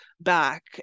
back